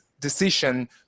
decision